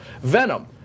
Venom